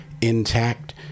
intact